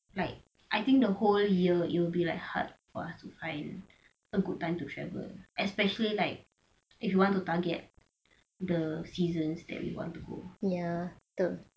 like I think the whole year you will be like hard for us to find a good time to travel especially like if you want to target the seasons that we want to go